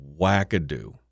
wackadoo